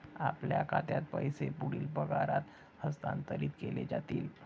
आपल्या खात्यात पैसे पुढील पगारात हस्तांतरित केले जातील